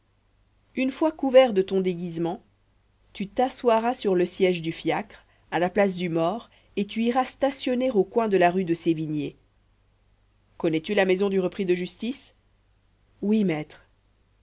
une fois couvert de ton déguisement tu t'assoiras sur le siège du fiacre à la place du mort et tu iras stationner au coin de la rue de sévigné connais-tu la maison du repris de justice oui maître